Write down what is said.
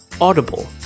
Audible